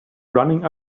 running